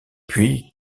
puis